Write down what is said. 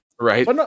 right